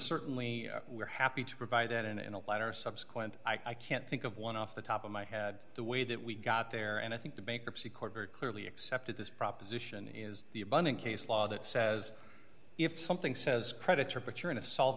certainly we're happy to provide that in a letter subsequent i can't think of one off the top of my head the way that we got there and i think the bankruptcy court very clearly accepted this proposition is the abundant case law that says if something says creditor but you're into solv